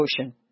Ocean